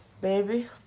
baby